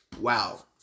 wow